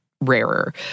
rarer